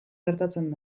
gertatzen